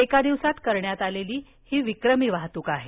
एका दिवसात करण्यात आलेली ही विक्रमी वाहतूक आहे